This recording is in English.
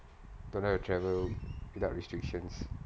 don't have to travel without restrictions